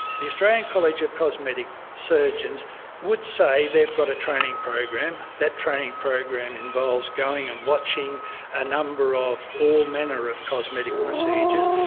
the australian college of cosmetic surgeons would say they have got a training program, that training program involves going and watching a number of all manner of cosmetic procedures,